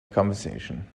conversation